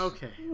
Okay